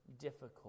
difficult